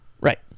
Right